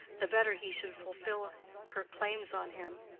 the better he should fulfill her claims on him.